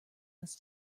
ins